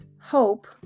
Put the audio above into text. hope